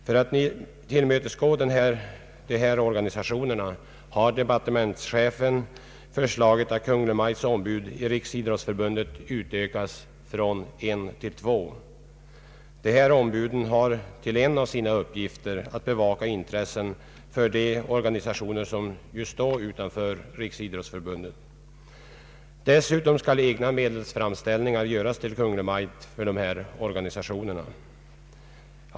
För att tillmötesgå dessa organisationer har departementschefen föreslagit att Kungl. Maj:ts ombud i Riksidrottsförbundet utökas från en till två. Dessa ombud har som en av sina uppgifter att bevaka de organisationers intressen som står utanför Riksidrottsförbundet. Dessutom skall egna medelsframställningar göras till Kungl. Maj:t för dessa organisationer.